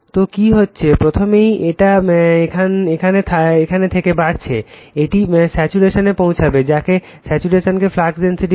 তো কি হচ্ছে প্রথমেই এটা এখান থেকে বাড়ছে এটি স্যাচুরেশনে পৌঁছাবে যাকে স্যাচুরেশনকে ফ্লাক্স ডেনসিটি বলে